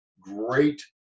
great